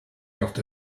after